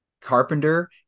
Carpenter